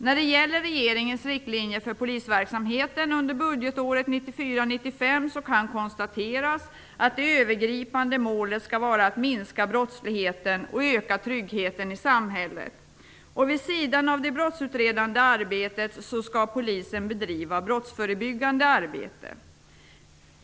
När det gäller regeringens riktlinjer för polisverksamheten under budgetåret 1994/95 kan det kostateras att det övergripande målet skall vara att minska brottsligheten och öka tryggheten i samhället. Vid sidan av det brottsutredande arbetet skall polisen bedriva brottsförebyggande arbete.